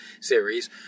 series